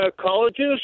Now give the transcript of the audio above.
colleges